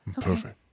Perfect